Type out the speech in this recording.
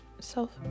self